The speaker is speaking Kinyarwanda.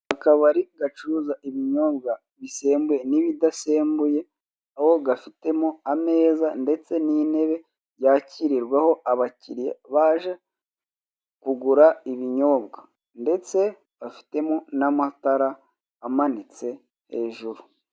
Akabari gacuruza ibinyobwa bisembuye n'ibidasembuye, aho gafitemo ameza ndetse n'intebe byakirirwaho abakiriya baje kugura ibinyobwa ndetse bafitemo n'amatara amanitse hejuru.